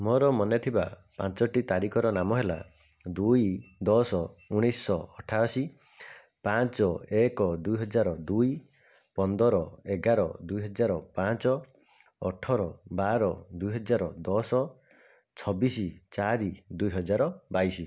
ମୋର ମନେ ଥିବା ପାଞ୍ଚଟି ତାରିଖର ନାମ ହେଲା ଦୁଇ ଦଶ ଉଣେଇଶହ ଅଠାଅଶୀ ପାଞ୍ଚ ଏକ ଦୁଇହଜାର ଦୁଇ ପନ୍ଦର ଏଗାର ଦୁଇହଜାର ପାଞ୍ଚ ଅଠର ବାର ଦୁଇହଜାର ଦଶ ଛବିଶ ଚାରି ଦୁଇହଜାର ବାଇଶି